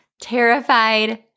terrified